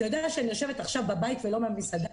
אתה יודע שאני יושבת עכשיו בבית ולא במסעדה,